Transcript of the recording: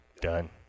done